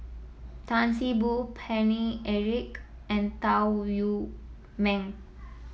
Tan See Boo Paine Eric and Tan Wu Meng